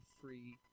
free